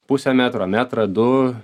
pusę metro metrą du